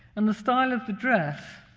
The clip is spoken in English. and the syle of the dress,